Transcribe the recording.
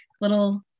little